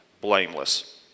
blameless